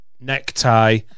necktie